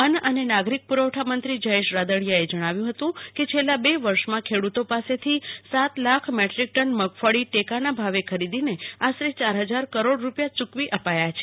અન્ન અને નાગરિક પુરવઠા મંત્રી જયેશ રાદડીયા ને જણાવ્યુ છે કે છેલ્લા બે વર્ષમાં ખેડૂતો પાસેથી સાત લાખ મેટ્રિક ટન મગફળી ટેકાના ભાવે ખરીદીને આશરે યાર હજાર કરોડ રૂપિયા ચૂકવી અપાયા છે